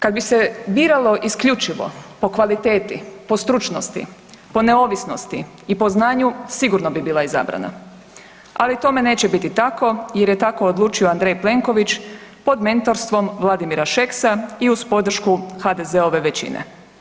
Kad bi se biralo isključivo po kvaliteti, po stručnosti, po neovisnosti i po znanju sigurno bi bila izabrana, ali tome neće biti tako jer je tako odlučio Andrej Plenković, pod mentorstvom Vladimira Šeksa i uz podršku HDZ-ove većine.